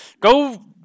Go